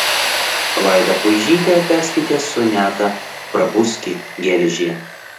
vaida puižytė perskaitė sonetą prabuski geležie